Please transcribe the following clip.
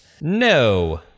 No